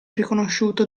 riconosciuto